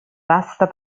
vasta